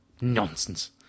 Nonsense